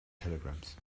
telegrams